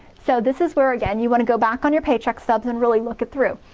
so this is where again, you wanna go back on your paycheck stubs and really look it through.